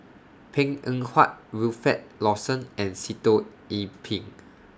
Png Eng Huat Wilfed Lawson and Sitoh Yih Pin